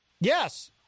Yes